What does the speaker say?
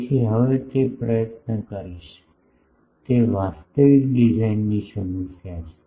તેથી હવે તે પ્રયત્ન કરશે તે વાસ્તવિક ડિઝાઇનની સમસ્યા છે